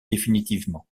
définitivement